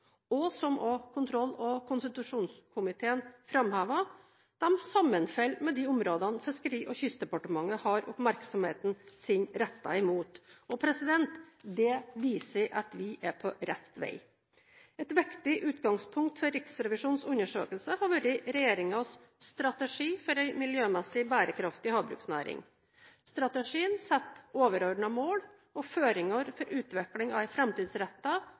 og som også kontroll- og konstitusjonskomiteen framhever, sammenfaller med de områdene Fiskeri- og kystdepartementet har oppmerksomheten sin rettet mot. Det viser at vi er på rett vei. Et viktig utgangspunkt for Riksrevisjonens undersøkelse har vært regjeringens Strategi for en miljømessig bærekraftig havbruksnæring. Strategien setter overordnede mål og føringer for utvikling av